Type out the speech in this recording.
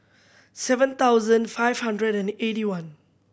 seven thousand five hundred and eighty one